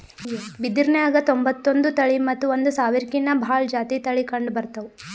ಬಿದಿರ್ನ್ಯಾಗ್ ತೊಂಬತ್ತೊಂದು ತಳಿ ಮತ್ತ್ ಒಂದ್ ಸಾವಿರ್ಕಿನ್ನಾ ಭಾಳ್ ಜಾತಿ ತಳಿ ಕಂಡಬರ್ತವ್